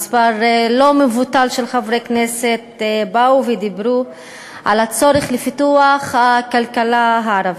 מספר לא מבוטל של חברי כנסת באו ודיברו על הצורך בפיתוח הכלכלה הערבית.